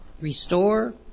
Restore